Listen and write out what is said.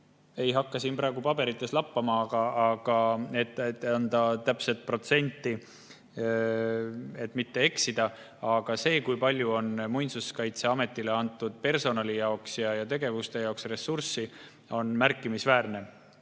Ei hakka siin praegu paberites lappama, et anda täpset protsenti ja mitte eksida. Aga see, kui palju on Muinsuskaitseametile antud personali ja tegevuste jaoks ressurssi, on märkimisväärne. Pöide